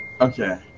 Okay